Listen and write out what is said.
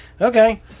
okay